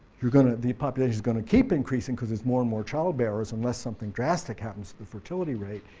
you're going to the population is going to keep increasing because there's more and more child bearers unless something drastic happens to the fertility rate,